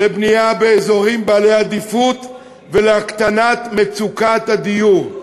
לבנייה באזורים בעלי עדיפות ולהקטנת מצוקת הדיור.